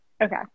Okay